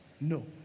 No